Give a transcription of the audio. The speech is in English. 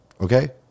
okay